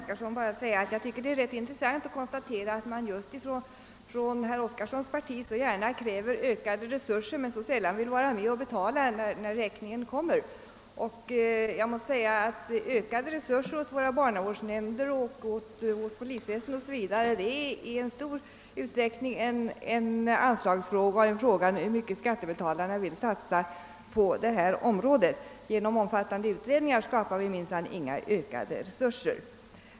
Herr talman! Det är intressant att konstatera att herr Oskarsons parti gärna kräver ökade resurser åt samhället men sällan vill vara med om att betala när räkningen kommer. Ökade resurser åt barnavårdsnämnderna och åt polisväsendet är i stor utsträckning en fråga om hur mycket skattebetalarna vill satsa på detta område. Genom omfattande utredningar skapar vi minsann inga ökade resurser.